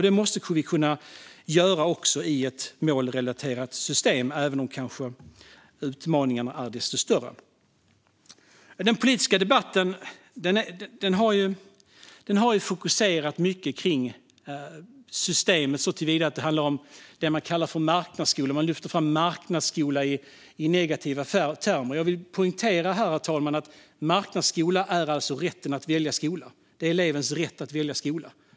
Detta måste vi kunna göra också i ett målrelaterat system, även om utmaningarna då kanske är desto större. Den politiska debatten har fokuserat mycket på systemet såtillvida att det har handlat om det man kallar för marknadsskola. Man talar om marknadsskola i negativa termer. Jag vill poängtera, herr talman, att marknadsskola alltså handlar om elevens rätt att välja skola.